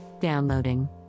downloading